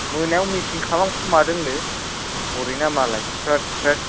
मोनायाव मिथिं खालामखुमादोंनो हरैना मालाय स्रोद स्रोद